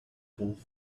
both